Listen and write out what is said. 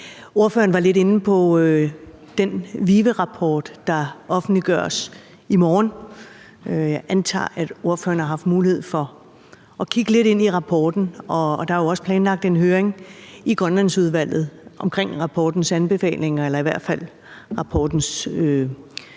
Ordføreren var lidt inde på den VIVE-rapport, der offentliggøres i morgen, og jeg antager, at ordføreren har haft mulighed for at kigge lidt ind i rapporten. Og der er jo også planlagt en høring i Grønlandsudvalget omkring rapportens anbefalinger, eller i hvert fald rapportens